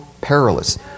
perilous